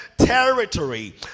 Territory